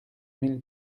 mille